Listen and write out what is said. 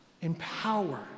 Empower